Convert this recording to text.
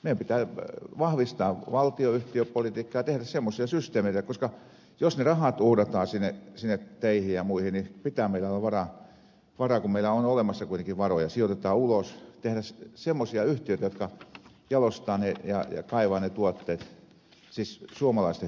meidän pitää vahvistaa valtionyhtiöpolitiikkaa ja tehdä semmoisia systeemeitä koska jos ne rahat uhrataan sinne teihin ja muihin niin pitää meillä olla varaa kun meillä on olemassa kuitenkin varoja sijoitetaan ulos tehdä semmoisia yhtiöitä jotka jalostavat ja kaivavat ne tuotteet siis suomalaisten hyväksi